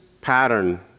pattern